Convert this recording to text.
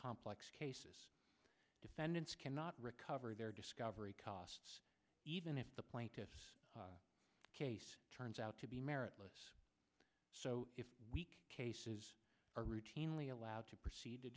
complex cases defendants cannot recover their discovery costs even if the plaintiff's case turns out to be meritless so if weak cases are routinely allowed to proceed to